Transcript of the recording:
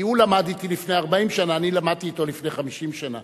כי הוא למד אתי לפני 40 שנה ואני למדתי אתו לפני 50 שנה.